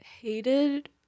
hated